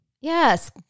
Yes